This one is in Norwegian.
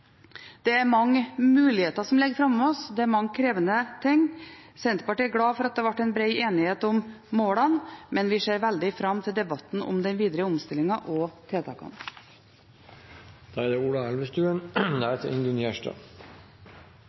Det er mange muligheter som ligger foran oss, og det er mange krevende ting. Senterpartiet er glad for at det ble en bred enighet om målene, men vi ser veldig fram til debatten om den videre omstillingen og tiltakene.